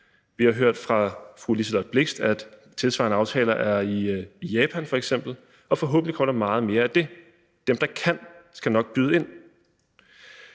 vi har hørt fra fru Liselott Blixt, at der er tilsvarende aftaler i f.eks. Japan, og forhåbentlig kommer der meget mere af det. Dem, der kan, skal nok byde ind.